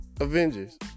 Avengers